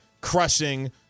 crushing